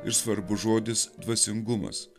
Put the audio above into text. ir svarbus žodis dvasingumas